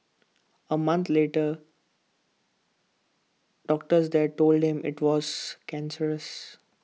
A month later doctors there told him IT was cancerous